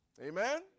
Amen